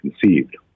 conceived